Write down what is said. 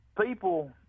people